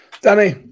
Danny